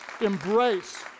embrace